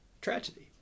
tragedy